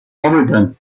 oregon